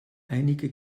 einige